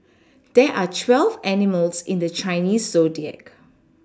there are twelve animals in the Chinese zodiac